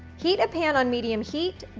heat a pan on medium heat,